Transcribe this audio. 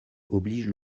oblige